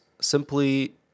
simply